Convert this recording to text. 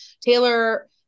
Taylor